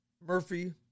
Murphy